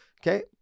Okay